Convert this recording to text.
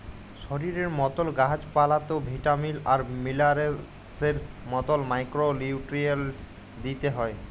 শরীরের মতল গাহাচ পালাতেও ভিটামিল আর মিলারেলসের মতল মাইক্রো লিউট্রিয়েল্টস দিইতে হ্যয়